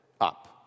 up